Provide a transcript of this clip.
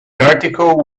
article